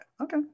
Okay